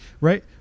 right